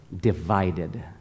divided